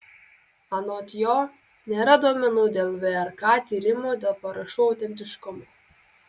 anot jo nėra duomenų dėl vrk tyrimo dėl parašų autentiškumo